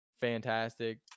fantastic